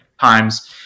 times